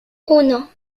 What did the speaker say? uno